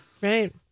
Right